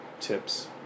tips